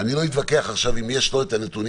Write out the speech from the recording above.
אני לא אתווכח עכשיו אם יש לו את הנתונים,